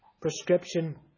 prescription